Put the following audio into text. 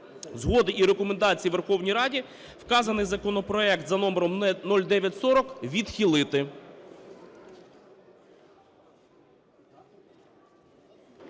згоди і рекомендацій Верховній Раді вказаний законопроект за номером 0940 відхилити.